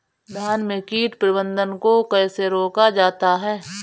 धान में कीट प्रबंधन को कैसे रोका जाता है?